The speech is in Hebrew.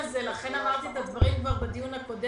כפי שהיה בתוכנית המפורטת שהובאה לכנסת,